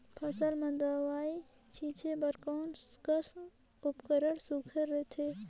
फसल म दव ई छीचे बर कोन कस उपकरण सुघ्घर रथे?